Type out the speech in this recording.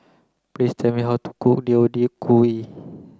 please tell me how to cook Deodeok gui